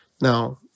Now